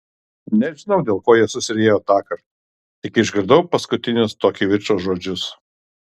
nežinau dėl ko jie susiriejo tąkart tik išgirdau paskutinius to kivirčo žodžius